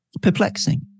perplexing